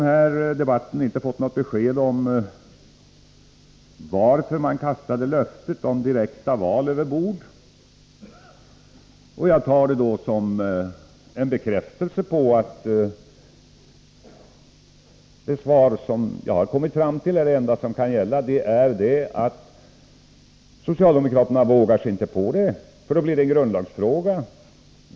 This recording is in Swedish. Vi har heller inte fått något besked om varför socialdemokraterna kastade löftet om direkta val över bord. Det tar jag som en bekräftelse på att det jag kommit fram till är det enda som kan gälla, nämligen att socialdemokraterna inte vågar sig på det, för då blir det en grundlagsfråga.